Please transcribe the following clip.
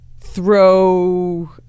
throw